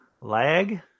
lag